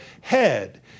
head